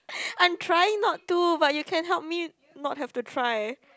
I am trying not to but you can help me not have to try